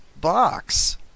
box